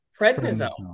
prednisone